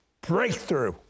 Breakthrough